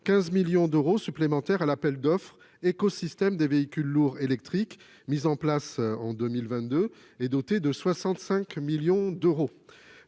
15 millions d'euros supplémentaires à l'appel à projets « Écosystème des véhicules lourds électriques », ouvert en mars 2022 et doté de 65 millions d'euros.